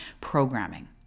Programming